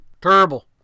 Terrible